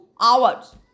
hours